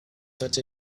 such